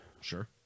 Sure